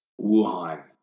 Wuhan